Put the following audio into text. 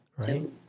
Right